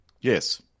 Yes